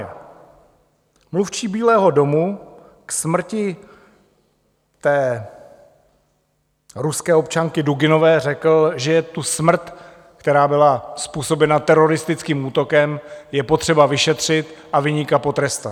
Mluvčí Bílého domu k smrti té ruské občanky Duginové řekl, že tu smrt, která byla způsobena teroristickým útokem, je potřeba vyšetřit a viníka potrestat.